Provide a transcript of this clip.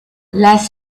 las